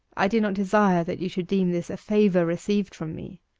i do not desire that you should deem this a favour received from me.